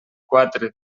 quatre